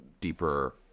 deeper